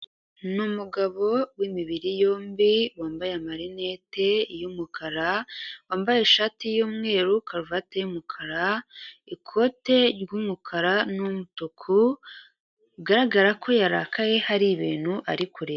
Ni umugabo w'imibiri yombi wambaye amarinete y'umukara, wambaye ishati y'umweru karuvati y'umukara, ikote ry'umukara n'umutuku, bigaragara ko yarakaye hari ibintu ari kureba.